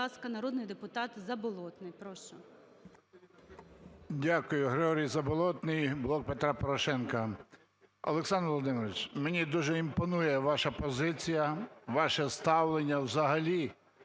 Дякую. Григорій Заболотний, "Блок Петра Порошенка". Олександр Володимирович, мені дуже імпонує ваша позиція, ваше ставлення взагалі